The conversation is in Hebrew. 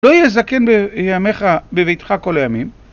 לא יהיה זקן בימיך, בביתך כל הימים